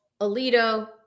Alito